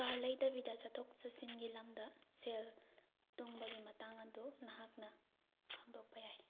car ꯂꯩꯗꯕꯤꯗ ꯆꯠꯊꯣꯛ ꯆꯠꯁꯤꯟꯒꯤ ꯂꯝꯗ ꯁꯦꯜ ꯇꯨꯡꯕꯒꯤ ꯃꯇꯥꯡ ꯑꯗꯨ ꯅꯍꯥꯛꯅ ꯈꯪꯗꯣꯛꯄ ꯌꯥꯏ